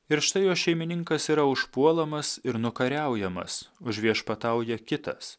ir štai jo šeimininkas yra užpuolamas ir nukariaujamas už viešpatauja kitas